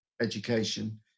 education